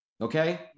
Okay